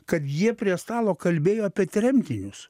kad jie prie stalo kalbėjo apie tremtinius